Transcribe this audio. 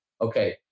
okay